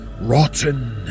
rotten